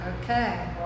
Okay